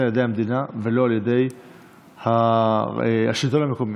על ידי המדינה ולא על ידי השלטון המקומי,